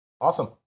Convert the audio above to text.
Awesome